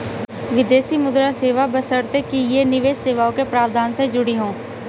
विदेशी मुद्रा सेवा बशर्ते कि ये निवेश सेवाओं के प्रावधान से जुड़ी हों